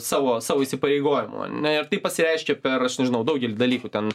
savo savo įsipareigojimų ir tai pasireiškia per aš nežinau daugelį dalykų ten